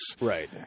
right